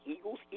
Eagles